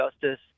justice